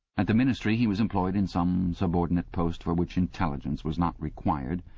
at the ministry he was employed in some subordinate post for which intelligence was not required,